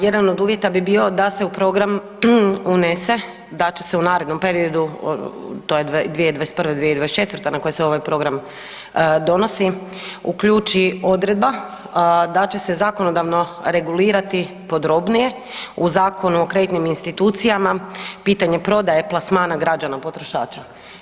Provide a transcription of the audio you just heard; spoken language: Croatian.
Jedan od uvjeta bi bio da se u program unese da će se u narednom periodu to je 2021.-2024. na koji se ovaj program donosi uključi odredba da će se zakonodavno regulirati podrobnije u Zakonu o kreditnim institucijama pitanje prodaje plasmana građana potrošača.